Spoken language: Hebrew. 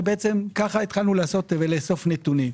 וכך התחלנו לאסוף נתונים,